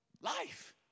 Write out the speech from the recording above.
life